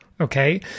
Okay